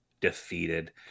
defeated